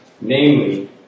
namely